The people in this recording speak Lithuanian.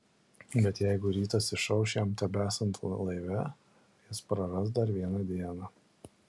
bet jeigu rytas išauš jam tebesant laive jis praras dar vieną dieną